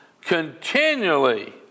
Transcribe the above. continually